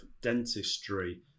dentistry